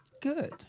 good